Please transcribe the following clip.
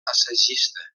assagista